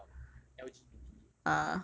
err L_G_B_T